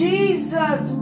Jesus